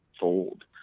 fold